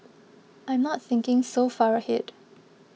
I'm not thinking so far ahead